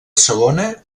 segona